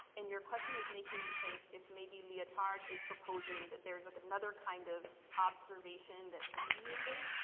and your question is making me think, if maybe leotard is proposing that there's like another kind of observation that's mediated,